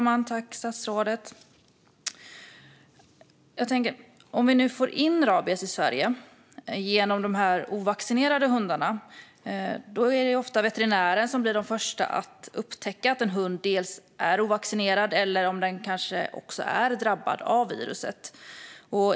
Fru talman! Om vi nu får in rabies i Sverige genom de ovaccinerade hundarna är det ofta veterinärer som blir de första att upptäcka att en hund är ovaccinerad eller kanske drabbad av viruset.